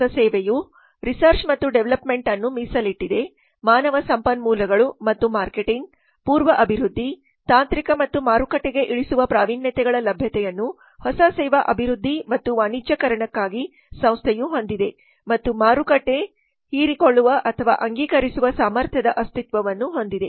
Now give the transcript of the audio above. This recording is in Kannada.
ಹೊಸ ಸೇವೆಯು ಆರ್ ಮತ್ತು ಡಿRD ಅನ್ನು ಮೀಸಲಿಟ್ಟಿದೆ ಮಾನವ ಸಂಪನ್ಮೂಲಗಳು ಮತ್ತು ಮಾರ್ಕೆಟಿಂಗ್ ಪೂರ್ವ ಅಭಿವೃದ್ಧಿ ತಾಂತ್ರಿಕ ಮತ್ತು ಮಾರುಕಟ್ಟೆಗೆ ಇಳಿಸುವ ಪ್ರಾವೀಣ್ಯತೆಗಳ ಲಭ್ಯತೆಯನ್ನು ಹೊಸ ಸೇವಾ ಅಭಿವೃದ್ಧಿ ಮತ್ತು ವಾಣಿಜ್ಯೀಕರಣಕ್ಕಾಗಿ ಸಂಸ್ಥೆಯು ಹೊಂದಿದೆ ಮತ್ತು ಮಾರುಕಟ್ಟೆ ಹೀರಿಕೊಳ್ಳುವಅಂಗೀಕರಿಸುವ ಸಾಮರ್ಥ್ಯದ ಅಸ್ತಿತ್ವವನ್ನು ಹೊಂದಿದೆ